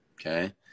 Okay